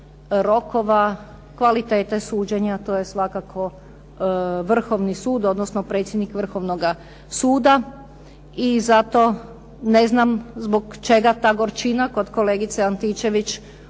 rokova, kvalitete suđenja, a to je svakako Vrhovni sud, odnosno predsjednik Vrhovnoga suda. I zato ne znam zbog čega ta gorčina kod kolegice Antičević